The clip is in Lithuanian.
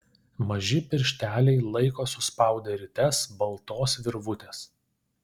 maži piršteliai laiko suspaudę rites baltos virvutės